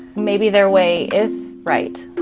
maybe their way is right.